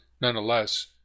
nonetheless